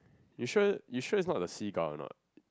you sure you sure is not the seagull or not